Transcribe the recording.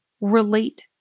relate